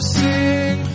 sing